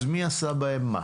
אז מי עשה בהם מה?